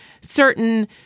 certain